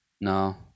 No